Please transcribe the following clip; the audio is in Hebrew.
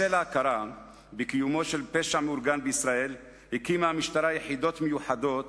בשל ההכרה בקיומו של פשע מאורגן בישראל הקימה המשטרה יחידות מיוחדות